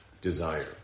desire